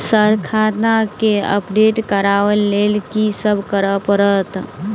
Sir खाता केँ update करऽ लेल की सब करै परतै?